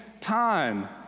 time